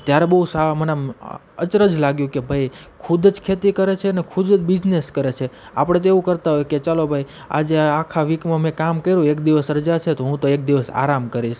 ત્યારે બઉ સાવ મને આમ અચરજ લાગ્યું કે ભઈ ખુદ જ ખેતી કરે છે ને ખુદજ બીજનસ કરે છે આપણે તો એવું કરતાં હોઈએ કે ચાલો ભાઈ આજે આખા વીકમાં કામ મેં કર્યું એક દિવસ રજા છે તો હું તો એક દિવસ આરામ કરીશ